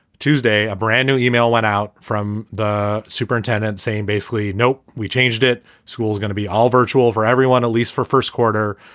tuesday, a brand new new e-mail went out from the the superintendent saying basically, nope, we changed it. school is going to be all virtual for everyone, at least for first quarter.